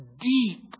deep